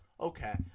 okay